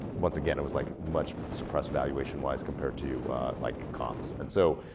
once again, it was like much suppressed valuation-wise compared to like comps. and so,